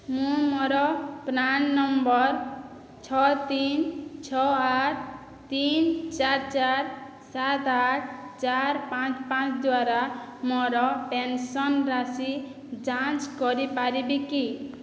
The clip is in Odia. ମୁଁ ମୋର ପ୍ରାନ୍ ନମ୍ବର ଛଅ ତିନି ଛଅ ଆଠ ତିନି ଚାରି ଚାରି ସାତ ଆଠ ଚାରି ପାଞ୍ଚ ପାଞ୍ଚ ଦ୍ଵାରା ମୋର ପେନସନ୍ ରାଶି ଯାଞ୍ଚ କରିପାରିବି କି